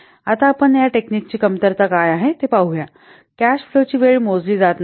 आता आपण या टेकनिकची कमतरता काय आहे हे पाहूया की कॅश फ्लोाची वेळ मोजली जात नाही